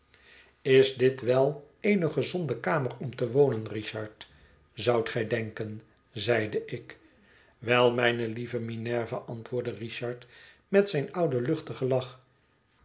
is dit wél eene gezonde kamer om te wonen richard zoudt gij denken zeide ik wel mijne lieve minerva antwoordde richard met zijn ouden luchtigen lach